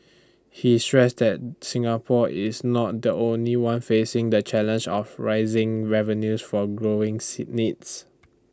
he stressed that Singapore is not the only one facing the challenge of rising revenues for growing sit needs